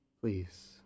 Please